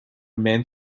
meant